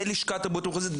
בלשכת הבריאות המחוזית.